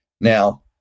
Now